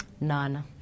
None